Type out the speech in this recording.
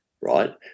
right